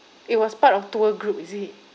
it was part of tour group is it